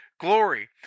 glory